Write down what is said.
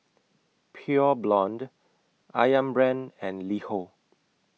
Pure Blonde Ayam Brand and LiHo